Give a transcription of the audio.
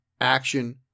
action